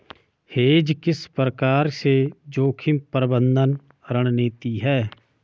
Hedge किस प्रकार से जोखिम प्रबंधन रणनीति है?